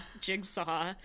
Jigsaw